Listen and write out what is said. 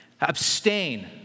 abstain